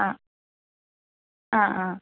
ആ ആ ആ